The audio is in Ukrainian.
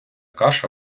каша